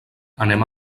anem